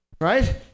right